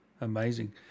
Amazing